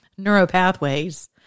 neuropathways